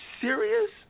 serious